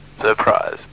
Surprise